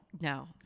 No